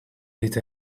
eat